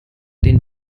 den